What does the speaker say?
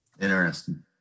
Interesting